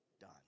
done